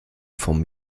vom